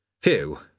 Phew